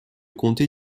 comté